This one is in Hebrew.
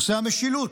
נושא המשילות,